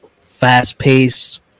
Fast-paced